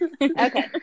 Okay